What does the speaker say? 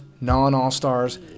non-All-Stars